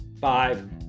five